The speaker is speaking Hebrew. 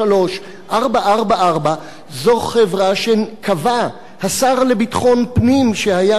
511593444. זו חברה שקבע השר לביטחון פנים שהיה כאן,